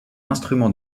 instrument